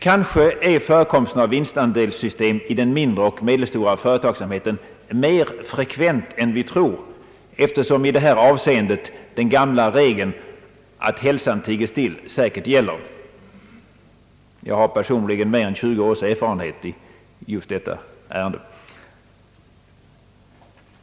Kanske är förekomsten av vinstandelssystem i den mindre och medelstora företagsamheten mer frekvent än vi tror, eftersom i detta avseende den gamla regeln om att »hälsan tiger still» säkert gäller. Jag har personligen mer än 20 års erfarenhet i just detta ärende.